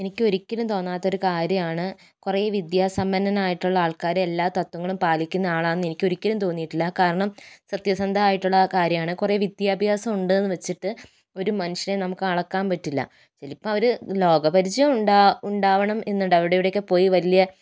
എനിക്ക് ഒരിക്കലും തോന്നാത്ത ഒരു കാര്യമാണ് കുറെ വിദ്യ സമ്പന്നരായിട്ടുള്ള ആൾക്കാർ എല്ലാം തത്ത്വങ്ങളും പാലിക്കുന്ന ആളാന്ന് എനിക്ക് ഒരിക്കലും തോന്നിയിട്ടില്ല കാരണം സത്യസന്ധമായിട്ട് ഉള്ള കാര്യമാണ് കുറെ വിദ്യാഭ്യാസം ഉണ്ട് എന്ന് വെച്ചിട്ട് ഒരു മനുഷ്യനെ നമുക്ക് അളക്കാൻ പറ്റില്ല ചിലപ്പോൾ അവര് ലോകപരിചയം ഉണ്ടാ ഉണ്ടാവണം എന്ന് ഉണ്ട് അവിടെ ഇവിടെ ഒക്കെ പോയി വലിയ